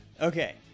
Okay